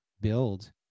build